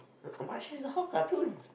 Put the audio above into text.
uh but she's a hot cartoon